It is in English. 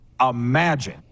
imagine